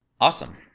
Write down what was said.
Awesome